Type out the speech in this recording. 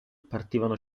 partivano